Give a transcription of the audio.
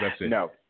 No